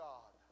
God